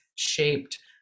shaped